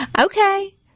Okay